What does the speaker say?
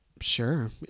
Sure